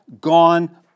gone